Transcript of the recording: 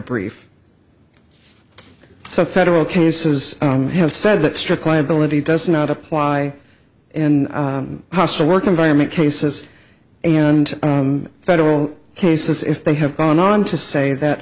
brief so federal cases have said that strict liability does not apply in hostile work environment cases and federal cases if they have gone on to say that